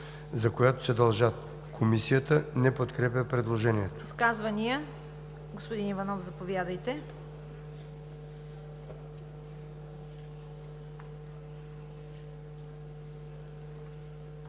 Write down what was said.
за която се дължат“.“ Комисията не подкрепя предложението.